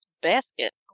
Basket